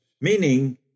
meaning